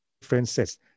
differences